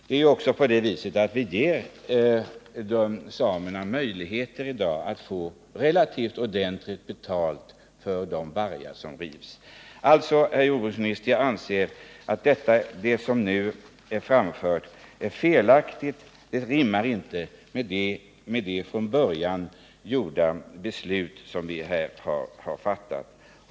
Det är också på det viset att vi i dag ger samerna möjlighet att få relativt ordentligt betalt för de renar som rivs av varg. Herr jordbruksminister, jag anser alltså att det svar som nu är framfört är felaktigt och att det inte rimmar med det beslut som vi har fattat.